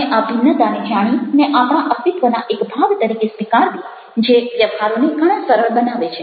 અને આ ભિન્નતાને જાણીને આપણા અસ્તિત્વના એક ભાગ તરીકે સ્વીકારવી જે વ્યવહારોને ઘણા સરળ બનાવે છે